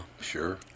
sure